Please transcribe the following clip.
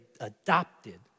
adopted